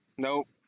Nope